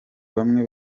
bamwe